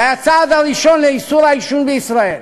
זה היה הצעד הראשון לאיסור העישון בישראל.